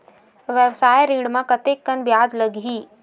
व्यवसाय ऋण म कतेकन ब्याज लगही?